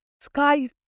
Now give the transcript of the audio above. sky